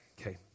okay